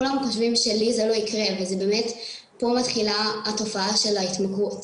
כולם חושבים 'לי זה לא יקרה' אבל פה מתחילה התופעה של ההתמכרות